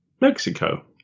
Mexico